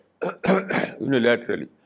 unilaterally